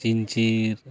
ᱠᱤᱧᱪᱤᱨ